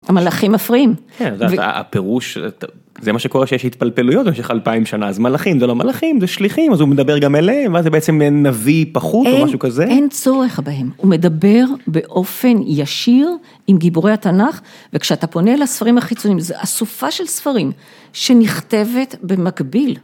המלאכים מפריעים. כן, הפירוש, זה מה שקורה שיש התפלפלויות במשך אלפיים שנה, אז מלאכים זה לא מלאכים, זה שליחים, אז הוא מדבר גם אליהם, ואז זה בעצם מעין נביא פחות או משהו כזה. אין צורך בהם, הוא מדבר באופן ישיר עם גיבורי התנ״ך וכשאתה פונה לספרים החיצונים זה אסופה של ספרים שנכתבת במקביל.